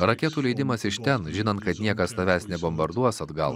raketų leidimas iš ten žinant kad niekas tavęs nebombarduos atgal